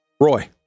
roy